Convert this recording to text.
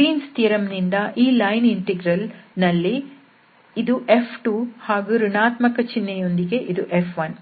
Green's theorem Green's theorem ನಿಂದ ಈ line integral ನಲ್ಲಿ ಇದು F2 ಹಾಗೂ ಋಣಾತ್ಮಕ ಚಿಹ್ನೆಯೊಂದಿಗೆ ಇದು F1